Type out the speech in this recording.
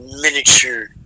miniature